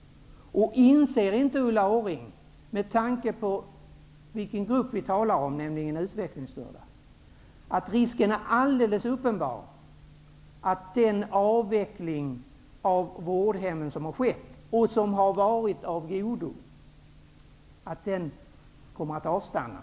Inser inte Ulla Orring -- med tanke på den grupp vi talar om, nämligen de utvecklingsstörda -- att risken är uppenbar att avvecklingen av vårdhem, vilken har varit av godo, kommer att avstanna?